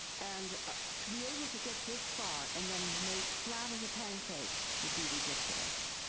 and to be able to get this far and then made flat as a pancake would be ridiculous.